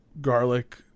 garlic